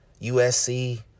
USC